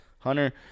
Hunter